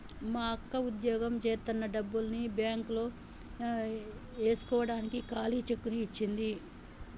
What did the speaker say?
మా అక్క వుద్యోగం జేత్తన్న డబ్బుల్ని బ్యేంకులో యేస్కోడానికి ఖాళీ చెక్కుని ఇచ్చింది